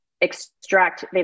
extract